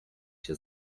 się